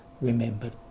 remembered